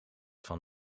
van